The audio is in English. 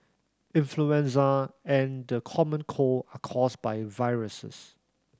influenza and the common cold are caused by viruses